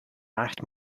maart